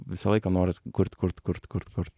visą laiką noras kurt kurt kurt kurt kurt